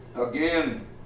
again